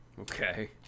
Okay